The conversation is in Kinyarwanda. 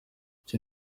icyo